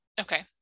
okay